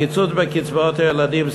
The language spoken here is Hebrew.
ברווחה: קיצוץ בקצבאות ילדים,